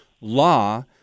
law